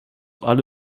alle